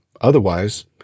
Otherwise